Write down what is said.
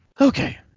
Okay